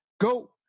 go